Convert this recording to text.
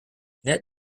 net